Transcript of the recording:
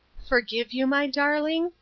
forgive you, my darling?